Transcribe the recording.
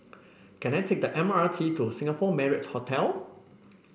can I take the M R T to Singapore Marriott Hotel